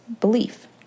belief